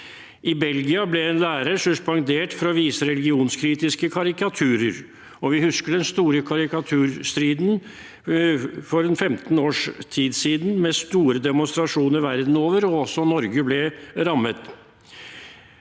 I Belgia ble en lærer suspendert for å vise religionskritiske karikaturer, og vi husker den store karikaturstriden for en 15 års tid siden, med store demonstrasjoner verden over. Også Norge ble rammet.